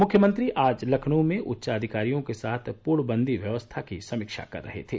मुख्यमंत्री आज लखनऊ में उच्चाधिकारियों के साथ पूर्णवंदी व्यवस्था की समीक्षा कर रहे थे